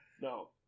No